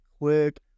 quick